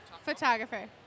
Photographer